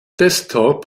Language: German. desktop